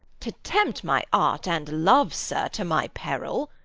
to tempt my art and love, sir, to my peril.